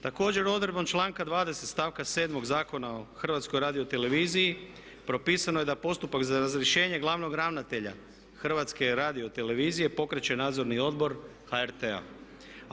Također odredbom članka 20. stavka 7. Zakona o HRT-u propisano je da postupak za razrješenje glavnog ravnatelja HRT-a pokreće Nadzorni odbor HRT-a.